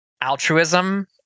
altruism